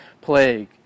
plague